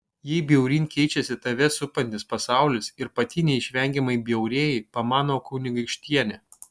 jei bjauryn keičiasi tave supantis pasaulis ir pati neišvengiamai bjaurėji pamano kunigaikštienė